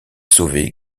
sauvé